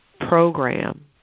program